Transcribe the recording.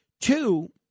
Two